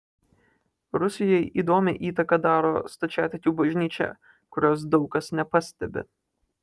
rusijai įdomią įtaką daro stačiatikių bažnyčia kurios daug kas nepastebi